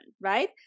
right